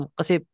kasi